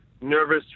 nervous